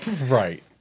Right